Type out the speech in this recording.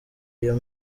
iyo